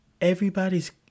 Everybody's